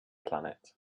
planet